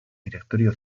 directorio